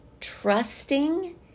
trusting